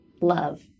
love